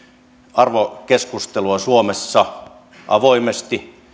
arvokeskustelua suomessa avoimesti